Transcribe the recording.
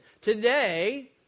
Today